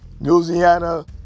Louisiana